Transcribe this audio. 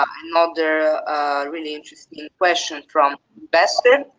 another really interesting question from beston.